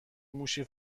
موشی